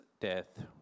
death